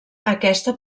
aquesta